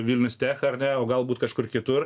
vilnius tech ar ne o galbūt kažkur kitur